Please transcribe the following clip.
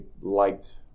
liked